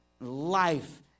Life